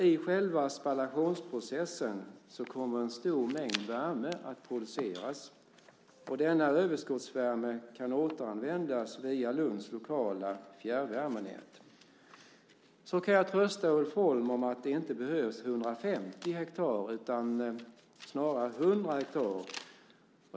I själva spallationsprocessen kommer en stor mängd värme att produceras, och denna överskottsvärme kan återanvändas via Lunds lokala fjärrvärmenät. Vidare kan jag trösta Ulf Holm med att det inte behövs 150 hektar utan snarare 100 hektar.